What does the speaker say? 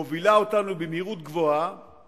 מובילה אותו במהירות גבוהה